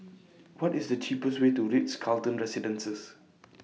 What IS The cheapest Way to Ritz Carlton Residences